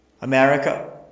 America